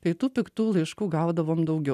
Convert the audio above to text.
tai tų piktų laiškų gaudavom daugiau